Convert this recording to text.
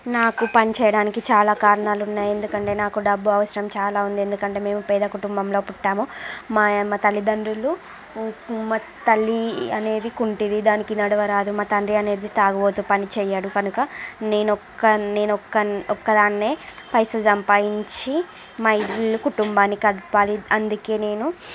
నాకు పని చేయడానికి చాలా కారణాలు ఉన్నాయి ఎందుకంటే నాకు డబ్బు అవసరం చాలా ఉంది ఎందుకంటే మేము పేద కుటుంబంలో పుట్టాము మా అమ్మ తల్లిదండ్రులు మా తల్లి అనేది కుంటిది దానికి నడవరాదు మా తండ్రి అనేది తాగుబోతు పని చేయడు కనుక నేను ఒక నేను ఒక ఒక్కదాన్నే పైసలు సంపాదించి మా ఇల్లు కుటుంబాన్ని గడపాలి అందుకే నేను